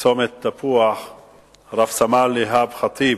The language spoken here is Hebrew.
בצומת תפוח רב-סמל איהאב ח'טיב